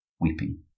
weeping